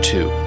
Two